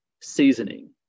seasoning